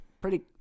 pretty-